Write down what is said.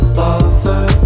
lover